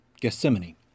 Gethsemane